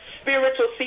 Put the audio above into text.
spiritual